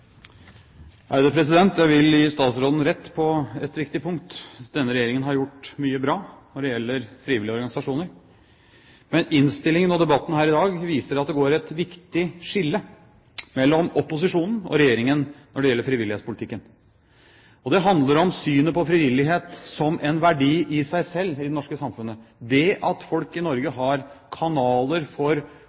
i samfunnet. Jeg vil gi statsråden rett på ett viktig punkt: Denne regjeringen har gjort mye bra når det gjelder frivillige organisasjoner. Men innstillingen og debatten her i dag viser at det går et viktig skille mellom opposisjonen og Regjeringen når det gjelder frivillighetspolitikken. Det handler om synet på frivillighet som en verdi i seg selv i det norske samfunnet. Det at folk i Norge har kanaler for